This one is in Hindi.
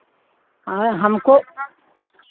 अरे हमको